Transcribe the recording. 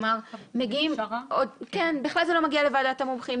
זה לא מגיע בכלל לוועדת המומחים,